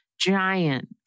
giant